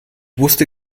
wusste